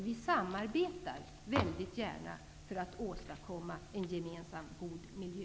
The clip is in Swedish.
Vi samarbetar väldigt gärna för att åstadkomma en gemensam god miljö.